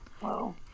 Whoa